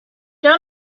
don’t